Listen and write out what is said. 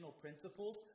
principles